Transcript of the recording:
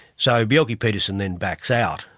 so bjelke-petersen then backs out,